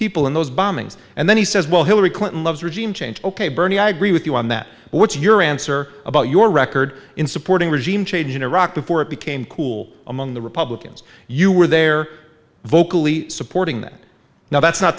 people in those bombings and then he says well hillary clinton loves regime change ok bernie i agree with you on that but what's your answer about your record in supporting regime change in iraq before it became cool among the republicans you were there vocally supporting that now that's not